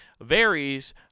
varies